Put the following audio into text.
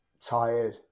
tired